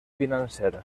financera